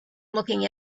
looking